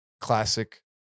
classic